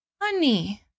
Honey